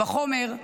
בחומר,